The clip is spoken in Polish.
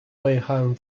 pojechałem